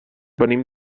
venim